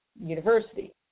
University